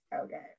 Okay